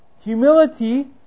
Humility